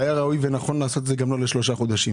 והיה ראוי ונכון לעשות את זה גם לא לשלושה חודשים.